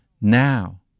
now